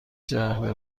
شهر